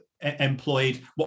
employed